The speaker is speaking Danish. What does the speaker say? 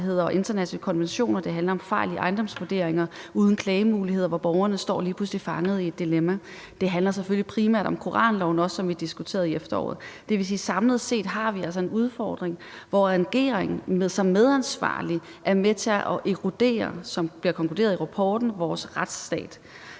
og internationale konventioner. Det handler om fejl i ejendomsvurderinger uden klagemulighed, hvor borgerne lige pludselig står fanget i et dilemma. Det handler selvfølgelig primært om koranloven, som vi diskuterede i efteråret. Samlet set har vi altså en udfordring. Regeringen er som medansvarlig med til at erodere – som det bliver konkluderet i rapporten – vores retsstat.